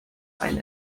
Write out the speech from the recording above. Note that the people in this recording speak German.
ein